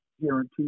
guarantee